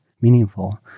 meaningful